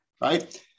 right